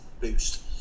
boost